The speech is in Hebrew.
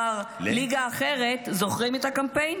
מר "ליגה אחרת" זוכרים את הקמפיין?